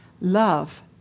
Love